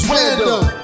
Random